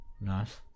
Nice